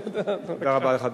תודה רבה לך,